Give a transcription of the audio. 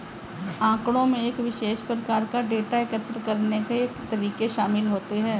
आँकड़ों में एक विशेष प्रकार का डेटा एकत्र करने के तरीके शामिल होते हैं